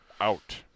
out